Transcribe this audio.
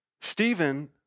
Stephen